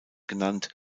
genannt